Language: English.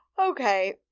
okay